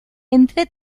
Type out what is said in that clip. entre